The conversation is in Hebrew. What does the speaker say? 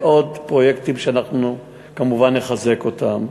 ועוד פרויקטים שאנחנו כמובן נחזק אותם.